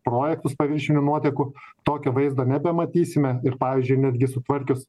projektus paviršinių nuotekų tokio vaizdo nebematysime ir pavyzdžiui netgi sutvarkius